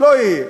לא יהיה.